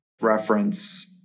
reference